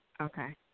Okay